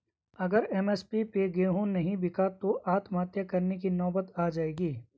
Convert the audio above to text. अगर एम.एस.पी पे गेंहू नहीं बिका तो आत्महत्या करने की नौबत आ जाएगी